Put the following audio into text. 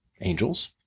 angels